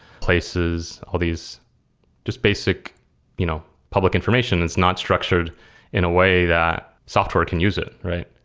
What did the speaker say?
places, all these just basic you know public information. it's not structured in a way that software can use it, right?